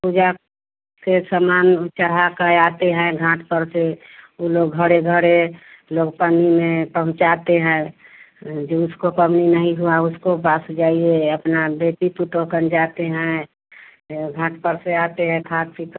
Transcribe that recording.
पूजा फ़िर सामान चढ़ा कै आते हैं घाट पर से ऊ लोग घड़े घड़े लोग पन्नी में पहुँचाते हैं जिसको परनी नहीं हुआ उसको पास जाइए अपना बेटी पुतों कन जाते हैं घाट पर से आते हैं खा पीकर